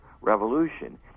revolution